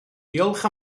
diolch